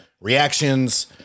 reactions